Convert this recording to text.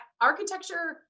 Architecture